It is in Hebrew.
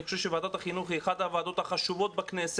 אני חושב שוועדת החינוך היא אחת הוועדות החשובות בכנסת